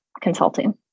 consulting